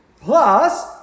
Plus